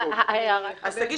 אז תגיש